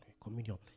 Communion